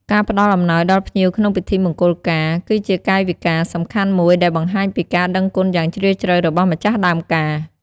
ការផ្តល់អំណោយដល់ភ្ញៀវក្នុងពិធីមង្គលការ គឺជាកាយវិការសំខាន់មួយដែលបង្ហាញពីការដឹងគុណយ៉ាងជ្រាលជ្រៅរបស់ម្ចាស់ដើមការ។